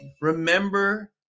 Remember